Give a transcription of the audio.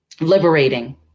Liberating